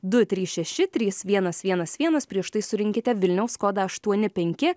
du trys šeši trys vienas vienas vienas prieš tai surinkite vilniaus kodą aštuoni penki